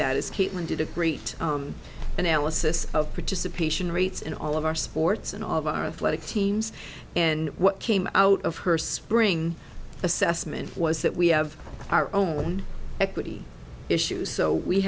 that is caitlin did a great analysis of participation rates in all of our sports and of our a lot of teams and what came out of her spring assessment was that we have our own equity issues so we